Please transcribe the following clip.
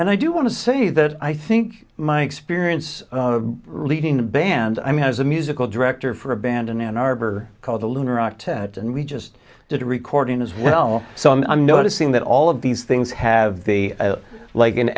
and i do want to say that i think my experience leading the band i mean as a musical director for a band in ann arbor called the lunar octet and we just did a recording as well so i'm noticing that all of these things have the like an